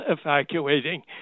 evacuating